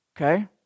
okay